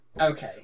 Okay